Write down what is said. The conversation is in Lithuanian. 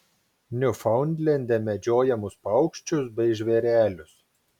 niufaundlende medžiojamus paukščius bei žvėrelius